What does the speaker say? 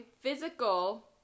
physical